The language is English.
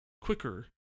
quicker